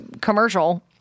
commercial